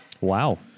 Wow